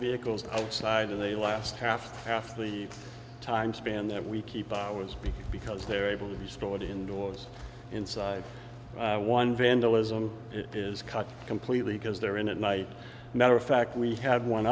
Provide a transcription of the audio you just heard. vehicles outside in the last half half the time span that we keep it was because they're able to be stored indoors inside one vandalism is cut completely because they're in a night matter of fact we had one